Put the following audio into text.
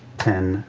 ten,